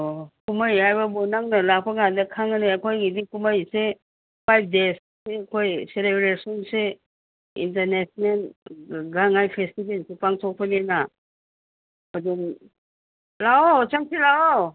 ꯑꯣ ꯀꯨꯝꯍꯩ ꯍꯥꯏꯕꯕꯨ ꯅꯪꯅ ꯂꯥꯛꯄ ꯀꯥꯟꯗ ꯈꯪꯉꯅꯤ ꯑꯩꯈꯣꯏꯒꯤꯗꯤ ꯀꯨꯝꯍꯩꯁꯦ ꯐꯥꯏꯕ ꯗꯦꯁꯁꯦ ꯑꯩꯈꯣꯏ ꯁꯦꯂꯦꯕ꯭ꯔꯦꯁꯟꯁꯦ ꯏꯟꯇꯔꯅꯦꯁꯅꯦꯜ ꯒꯥꯡ ꯉꯥꯏ ꯐꯦꯁꯇꯤꯕꯦꯜꯁꯤ ꯄꯥꯡꯊꯣꯛꯄꯅꯤꯅ ꯑꯗꯨꯝ ꯂꯥꯛꯑꯣ ꯆꯪꯁꯤ ꯂꯥꯛꯑꯣ